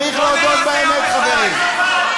צריך להודות באמת, חברים.